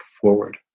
forward